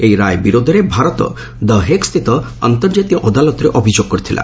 ଏହି ରାୟ ବିରୋଧରେ ଭାରତ 'ଦି ହେଗ୍'ସ୍ଥିତ ଅନ୍ତର୍ଜାତୀୟ ଅଦାଲତରେ ଅଭିଯୋଗ କରିଥିଲା